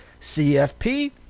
CFP